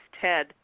ted